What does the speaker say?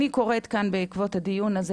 אני קוראת כאן בעקבות הדיון הזה,